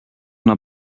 una